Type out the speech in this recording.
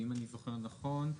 ואם אני זוכר נכון,